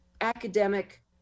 academic